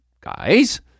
guys